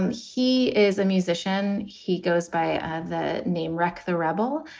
and he is a musician. he goes by the name rick the rebel,